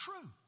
true